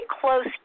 close